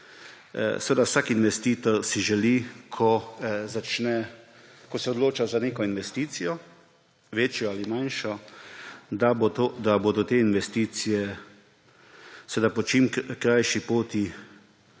Seveda si vsak investitor želi, ko se odloča za neko investicijo, večjo ali manjšo, da bo do te investicije po čim krajši poti